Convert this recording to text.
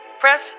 press